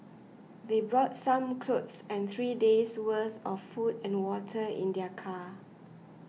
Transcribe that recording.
they brought some clothes and three days worth of food and water in their car